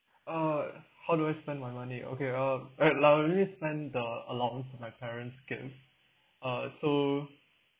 uh how do I spend my money okay uh uh like I only spend the allowance from my parents giving uh so